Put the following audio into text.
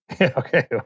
Okay